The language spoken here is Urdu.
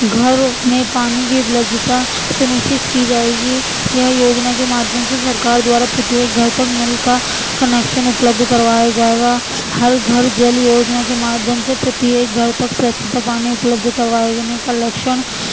گھر میں پانی کی اپلبھدتا سنسچت کی جائے گی کیا یوجنا کے مادھیم سے سرکار دوارا پرتیک گھر تک نل کا کنکشن اپلبدھ کروایا جائے گا ہر گھر جل یوجنا کے مادھیم سے پرتیک گھر تک سوچھتا پانی البدھ کروانے کا لکچھن